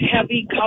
heavy